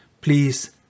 please